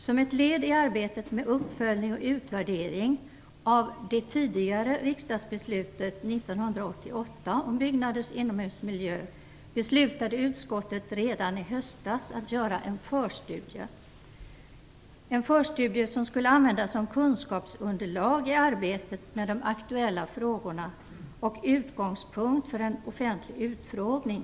Som ett led i arbetet med uppföljning och utvärdering av det tidigare riksdagsbeslutet från 1988 om byggnaders inomhusmiljö beslutade utskottet redan i höstas att göra en förstudie. Förstudien skulle användas som ett kunskapsunderlag i arbetet med de aktuella frågorna och som utgångspunkt för en offentlig utfrågning.